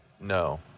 no